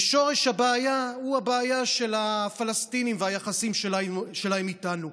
ושורש הבעיה הוא הבעיה של הפלסטינים והיחסים שלהם איתנו.